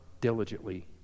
diligently